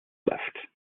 left